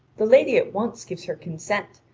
the lady at once gives her consent,